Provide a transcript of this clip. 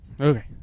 okay